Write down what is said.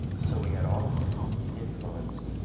so we had all this influence.